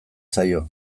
zaio